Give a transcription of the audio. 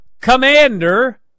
commander